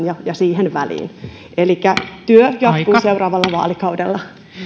ja ja tämän liikennejärjestelmäsuunnitelman välillä elikä työ jatkuu seuraavalla vaalikaudella